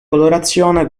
colorazione